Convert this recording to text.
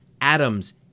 atoms